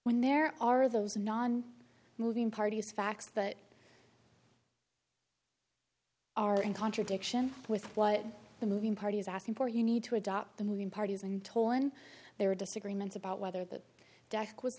when there are those non moving parties facts but are in contradiction with what the moving party is asking for you need to adopt the moving parties and tolan there are disagreements about whether the deck w